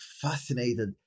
fascinated